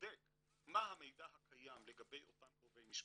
בודק מה המידע הקיים לגבי אותן קרובי משפחה,